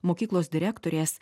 mokyklos direktorės